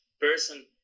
person